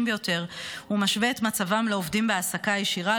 ביותר ומשווה את מצבם לעובדים בהעסקה ישירה,